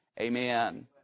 Amen